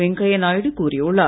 வெங்கையா நாயுடு கூறியுள்ளார்